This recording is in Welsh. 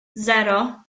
sero